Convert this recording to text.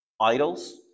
idols